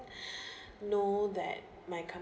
know that my company